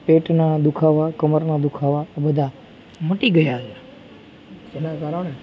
પેટના દુખાવા કમરના દુખાવા બધાં મટી ગયા છે જેના કારણે